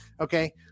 Okay